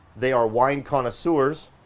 they are wine connoisseurs.